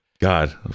God